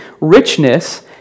richness